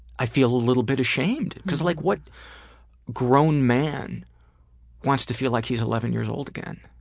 i feel a little bit ashamed. cause like what grown man wants to feel like he's eleven years old again?